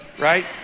right